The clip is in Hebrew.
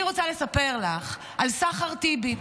אני רוצה לספר לך על סחר טיבי,